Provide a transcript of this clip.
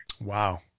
Wow